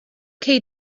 cei